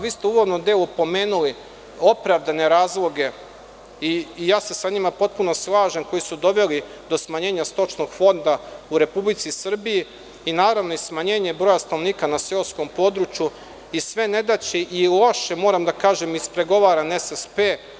Vi ste u uvodnom delu pomenuli opravdane razloge i ja se sa njima potpuno slažem, koji su doveli do smanjenja stočnog fonda u Republici Srbiji i naravno smanjenje broja stanovnika na seoskom području i sve nedaće i loše, moram da kažem, ispregovaran SSP.